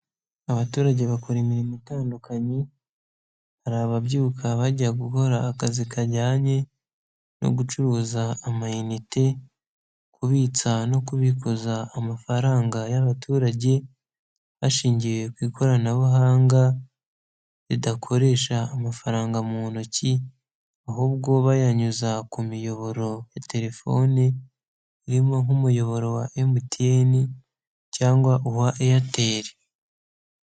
Abaturage bakora imirimo itandukanye hari ababyuka bajya gukora akazi kajyanye no gucuruza amayinite kubitsa no kubikuza amafaranga y'abaturage hashingiwe ku ikoranabuhanga ridakoresha amafaranga mu ntoki ahubwo bayanyuza ku miyoboro ya telefoni irimo nk'umuyoboro wa MTN cyangwa uwa AIRTEL.